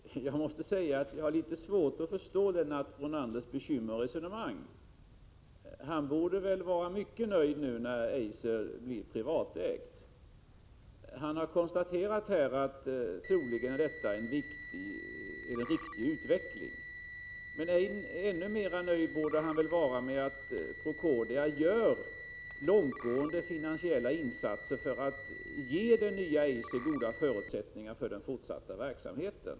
Fru talman! Jag måste säga att jag har litet svårt att förstå Lennart Brunanders bekymmer och hans resonemang. Han borde väl vara mycket nöjd nu när Eiser blir privatägt. Han har just konstaterat att det troligen är en riktig utveckling, men ännu mera nöjd borde han vara med att Procordia gör långtgående finansiella insatser för att ge det nya Eiser goda förutsättningar för den fortsatta verksamheten.